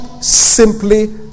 simply